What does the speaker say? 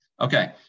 Okay